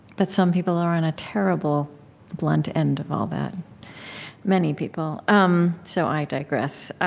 but some people are on a terrible blunt end of all that many people. um so i digress